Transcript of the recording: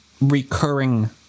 recurring